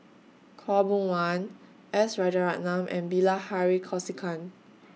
Khaw Boon Wan S Rajaratnam and Bilahari Kausikan